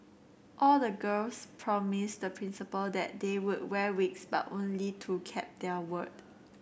all the girls promised the Principal that they would wear wigs but only two kept their word